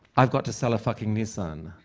i've got to sell a fucking nissan.